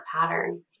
pattern